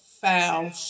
Foul